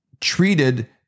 treated